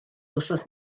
wythnos